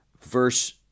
verse